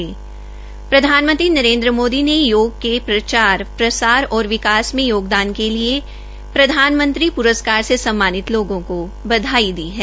प्रधानमंत्री नरेन्द्र मोदी ने योग के प्रचार प्रसार और विकास में योगदान के लिए प्रधानमंत्री पुरस्कार से सम्मानित लोगों को बधाई दी है